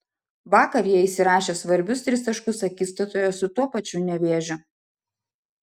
vakar jie įsirašė svarbius tris taškus akistatoje su tuo pačiu nevėžiu